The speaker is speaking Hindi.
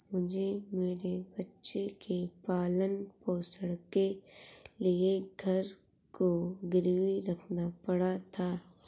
मुझे मेरे बच्चे के पालन पोषण के लिए घर को गिरवी रखना पड़ा था